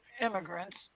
immigrants